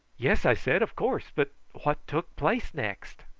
yes, i said, of course but what took place next?